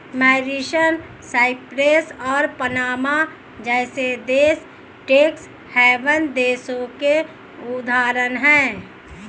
Mauritius, Cyprus और Panama जैसे देश टैक्स हैवन देशों के उदाहरण है